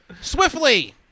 Swiftly